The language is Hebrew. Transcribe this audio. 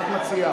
שקד?